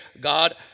God